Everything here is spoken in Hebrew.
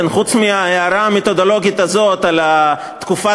חוץ מההערה המתודולוגית הזאת על תקופת